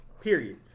period